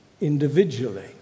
individually